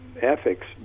ethics